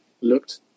looked